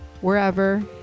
wherever